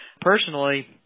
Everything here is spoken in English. personally